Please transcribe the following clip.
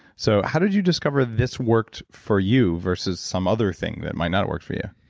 so, how did you discover this worked for you versus some other thing that might not work for you?